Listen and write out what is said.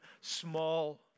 small